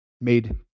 made